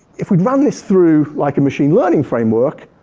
if we ran this through like a machine learning framework,